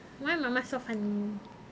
why mama so funny